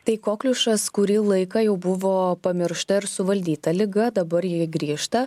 tai kokliušas kurį laiką jau buvo pamiršta ir suvaldyta liga dabar ji grįžta